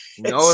No